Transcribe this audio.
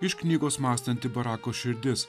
iš knygos mąstanti barako širdis